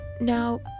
now